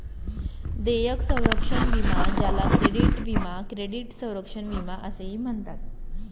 देयक संरक्षण विमा ज्याला क्रेडिट विमा क्रेडिट संरक्षण विमा असेही म्हणतात